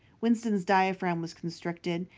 winston's diaphragm was constricted.